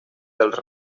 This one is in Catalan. dels